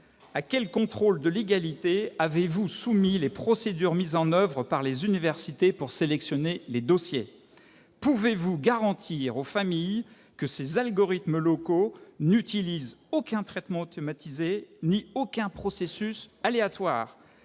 à quel contrôle de légalité avez-vous soumis les procédures mises en oeuvre par les universités pour sélectionner les dossiers ? Pouvez-vous garantir aux familles que les algorithmes locaux n'utilisent aucun traitement automatisé ni aucun processus aléatoire.